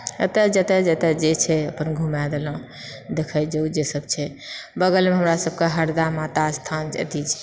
एतय जतय जतय जे छै अपन घुमाय देलौं देखै जोग जे सब छै बगलमे हमरा सबकऽ हरगा माता अस्थान अथी